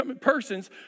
persons